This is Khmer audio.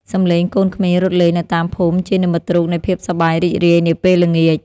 សំឡេងកូនក្មេងរត់លេងនៅតាមភូមិជានិមិត្តរូបនៃភាពសប្បាយរីករាយនាពេលល្ងាច។